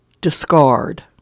discard